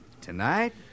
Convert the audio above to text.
Tonight